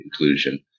inclusion